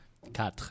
quatre